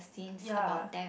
ya